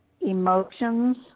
emotions